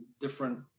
different